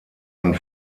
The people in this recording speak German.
einen